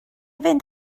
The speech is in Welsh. fynd